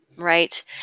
Right